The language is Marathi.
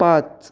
पाच